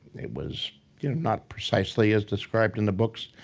it was you know not precisely as described in the books,